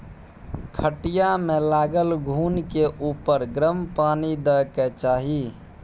खटिया मे लागल घून के उपर गरम पानि दय के चाही